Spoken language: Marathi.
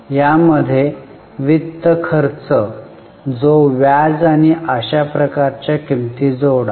यामध्ये वित्त खर्च जो व्याज आणि अशा प्रकारच्या किंमती जोडा